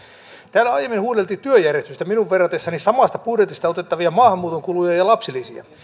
täällä aiemmin huudeltiin työjärjestyksestä minun verratessani samasta budjetista otettavia maahanmuuton kuluja ja ja lapsilisiä